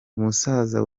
umusaza